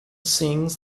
sings